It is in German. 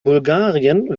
bulgarien